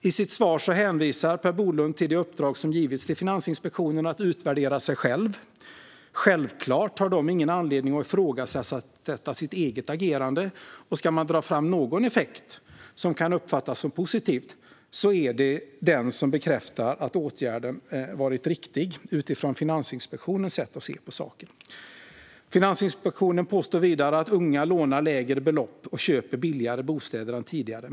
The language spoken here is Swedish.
I sitt svar hänvisar Per Bolund till det uppdrag som givits till Finansinspektionen att utvärdera sig själv. Självklart har man där ingen anledning att ifrågasätta sitt eget agerande. Ska någon effekt dras fram som kan uppfattas som positiv är det den som bekräftar att åtgärden varit riktig utifrån Finansinspektionens sätt att se på saken. Finansinspektionen påstår vidare att unga lånar lägre belopp och köper billigare bostäder än tidigare.